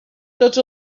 tots